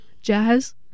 Jazz